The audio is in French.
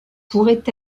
pourrait